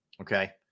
okay